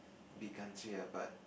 big country ah but